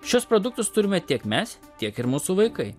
šiuos produktus turime tiek mes tiek ir mūsų vaikai